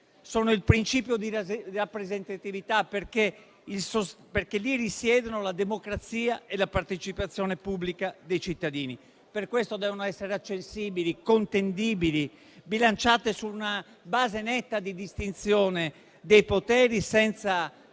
sono il principio di rappresentatività, perché lì risiedono la democrazia e la partecipazione pubblica dei cittadini; per questo devono essere accessibili, contendibili e bilanciate su una base netta di distinzione dei poteri, senza